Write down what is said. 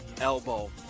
elbow